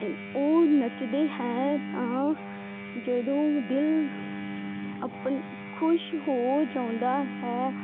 ਉਹ ਨੱਚਦੇ ਹੈ ਤਾਂ ਜਦੋਂ ਦਿਲ ਅਪਨ ਖੁਸ਼ ਹੋ ਜਾਉਂਦਾ ਹੈ